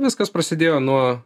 viskas prasidėjo nuo